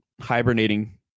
hibernating